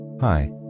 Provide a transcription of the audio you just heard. Hi